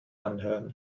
anhören